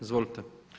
Izvolite.